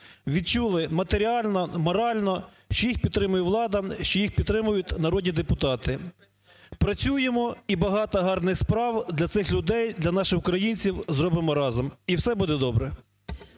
відчули матеріально, морально, що їх підтримує влада, що їх підтримують народні депутати. Працюємо і багато гарних справ для цих людей, для наших українців зробимо разом. І все буде добре.